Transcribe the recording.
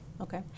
Okay